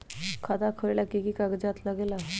खाता खोलेला कि कि कागज़ात लगेला?